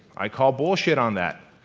i call bullshit on that.